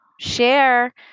share